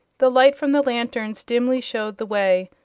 the lights from the lanterns dimly showed the way,